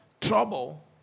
trouble